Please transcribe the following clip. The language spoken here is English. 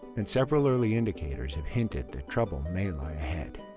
and several early indicators have hinted that trouble may lie ahead.